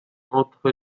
entre